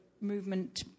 movement